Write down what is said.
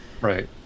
right